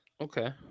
Okay